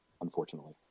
unfortunately